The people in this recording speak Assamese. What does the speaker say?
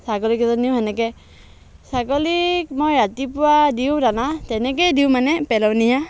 ছাগলীকেইজনীও সেনেকৈ ছাগলীক মই ৰাতিপুৱা দিওঁ দানা তেনেকৈয়ে দিওঁ মানে পেলনীয়া